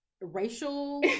Racial